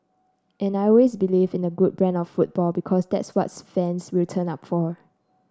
and I always believed in a good brand of football because that's what fans will turn up for